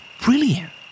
brilliant